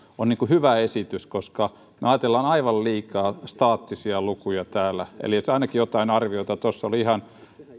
on hyvä esitys koska me ajattelemme aivan liikaa staattisia lukuja täällä on ainakin jotain arvioita tuossa oli ihan